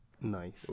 Nice